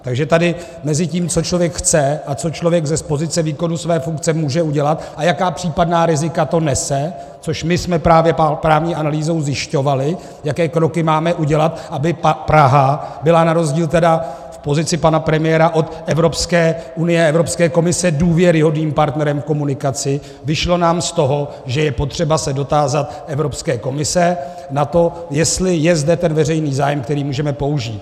Takže tady mezi tím, co člověk chce, a tím, co člověk z pozice výkonu své funkce může udělat a jaká případná rizika to nese, což my jsme právní analýzou zjišťovali, jaké právní kroky máme udělat, aby Praha byla na rozdíl tedy v pozici pana premiéra od Evropské unie a Evropské komise důvěryhodným partnerem v komunikaci, vyšlo nám z toho, že je potřeba se dotázat Evropské komise na to, jestli je zde ten veřejný zájem, který můžeme použít.